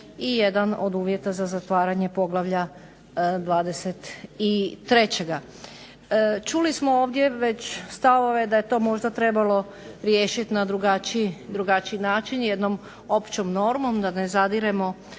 i jedan od uvjeta za zatvaranje poglavlja 23. Čuli smo ovdje već stavove da je to možda trebalo riješiti na drugačiji način jednom općom normom da ne zadiremo